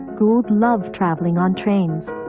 gould loved travelling on trains.